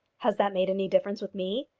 has that made any difference with me?